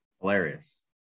hilarious